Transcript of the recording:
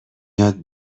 یاد